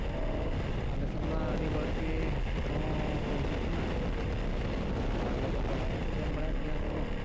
ᱟᱫᱚ ᱟᱞᱮᱥᱮᱫᱼᱢᱟ ᱟᱹᱰᱤ ᱵᱟᱹᱲᱛᱤ ᱦᱟᱹᱛᱤ ᱠᱚᱦᱚᱸ ᱠᱚ ᱦᱤᱡᱩᱜ ᱠᱟᱱᱟ ᱵᱮᱞᱮᱫ ᱵᱟᱲᱟᱭᱮᱫ ᱟᱠᱚ ᱡᱚᱢ ᱵᱟᱲᱟᱭᱮᱫ ᱜᱮᱭᱟ ᱠᱚ